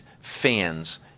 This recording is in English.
fans